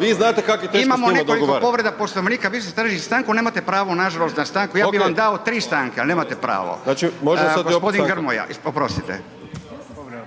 vi znate kako je teško s njima teško dogovarati./… Imamo nekoliko povreda Poslovnika, vi ste tražili stanku, nemate pravo nažalost na stanku, ja bi vam dao 3 stanke ali nemate pravo. …/Upadica Beljak: